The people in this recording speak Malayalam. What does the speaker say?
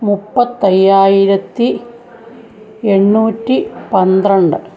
മുപ്പത്തി അയ്യായിരത്തി എണ്ണൂറ്റി പന്ത്രണ്ട്